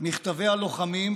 מכתבי הלוחמים,